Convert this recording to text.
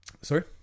Sorry